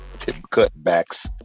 Cutbacks